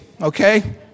okay